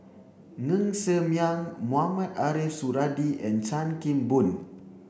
Ng Ser Miang Mohamed Ariff Suradi and Chan Kim Boon